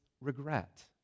regret